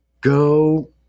Go